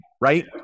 right